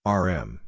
rm